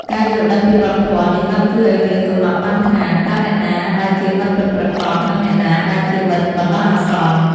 ការយល់ដឹងពីវប្បធម៌នេះបានជួយឲ្យយើងកំណត់បានថា តើអ្នកណាដែលជាមិត្តពិតប្រាកដនិងអ្នកណាដែលជាមិត្តបណ្ដោះអាសន្ន។